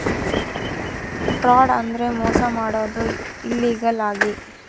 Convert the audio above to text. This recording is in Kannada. ಫ್ರಾಡ್ ಅಂದ್ರೆ ಮೋಸ ಮಾಡೋದು ಇಲ್ಲೀಗಲ್ ಆಗಿ